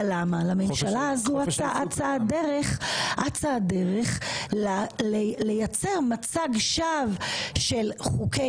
אבל לממשלה הזו אצה רצה הדרך לייצר מצג שווא של חוקי